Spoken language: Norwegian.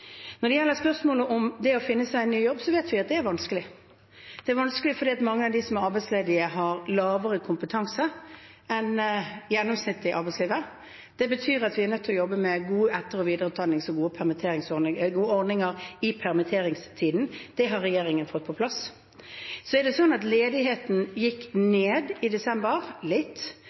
Når det gjelder spørsmålet om det å finne seg en ny jobb, så vet vi at det er vanskelig. Det er vanskelig fordi mange av dem som er arbeidsledige, har lavere kompetanse enn gjennomsnittet i arbeidslivet. Det betyr at vi er nødt til å jobbe med gode etter- og videreutdanningsordninger og gode ordninger i permitteringstiden. Det har regjeringen fått på plass. Så er det sånn at ledigheten gikk litt ned i desember. Den har gått ned i høst, opp igjen i november og litt